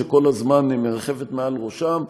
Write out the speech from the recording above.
שכל הזמן מרחפת מעל ראשם,